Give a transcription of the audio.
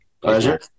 Pleasure